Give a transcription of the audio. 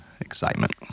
excitement